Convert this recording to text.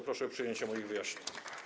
Proszę o przyjęcie moich wyjaśnień.